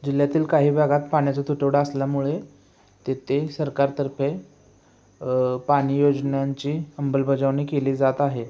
जिल्ह्यातील काही भागात पाण्याचा तुटवडा असल्यामुळे तिथे सरकारतर्फे पाणी योजनांची अंमलबजावणी केली जात आहे